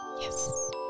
Yes